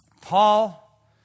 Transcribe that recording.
Paul